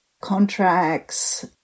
contracts